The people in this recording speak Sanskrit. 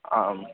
आं